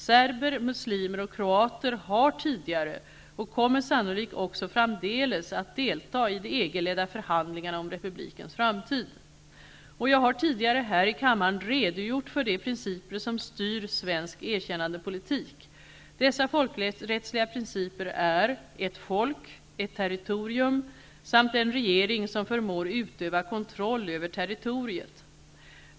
Serber, muslimer och kroater har tidigare deltagit i, och kommer sannolikt också framdeles att deltaga i, de EG-ledda förhandlingarna om republikens framtid. Jag har tidigare här i kammaren redogjort för de principer som styr svensk erkännandepolitik. Dessa folkrättsliga principer är: ett folk, ett territorium samt en regering som förmår utöva kontroll över territoriet.